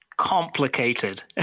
complicated